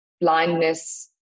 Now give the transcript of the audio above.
blindness